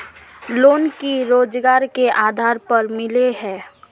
Loan की रोजगार के आधार पर मिले है?